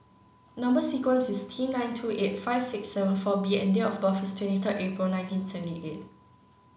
number sequence is T nine two eight five six seven four B and date of birth is twenty third April nineteen seventy eight